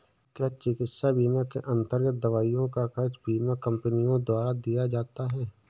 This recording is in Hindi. क्या चिकित्सा बीमा के अन्तर्गत दवाइयों का खर्च बीमा कंपनियों द्वारा दिया जाता है?